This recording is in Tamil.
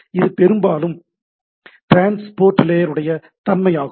இது பெரும்பாலும் ட்ரான்ஸ்போர்ட் லேயருடைய தன்மையாகும்